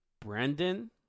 brendan